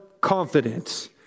confidence